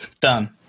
Done